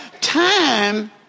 time